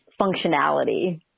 functionality